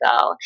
go